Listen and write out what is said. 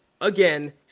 again